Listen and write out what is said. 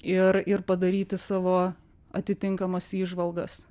ir ir padaryti savo atitinkamas įžvalgas